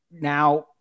now